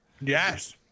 Yes